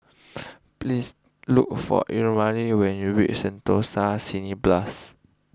please look for Elnora when you reach Sentosa Cineblast